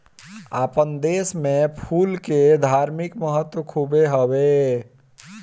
आपन देस में फूल के धार्मिक महत्व खुबे हवे